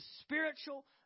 spiritual